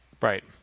Right